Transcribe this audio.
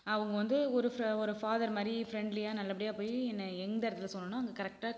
அவங்க வந்து ஒரு ஃப ஒரு ஃபாதர் மாதிரி ஃப்ரெண்ட்லியாக நல்லபடியா போய் என்ன எந்த இடத்துல சொன்னனோ அங்கே கரெக்டாக